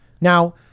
Now